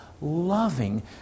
loving